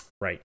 Right